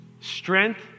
Strength